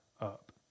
up